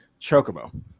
chocobo